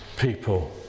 people